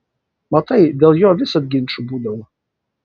matai dėl jo visad ginčų būdavo